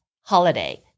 holiday